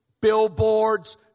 billboards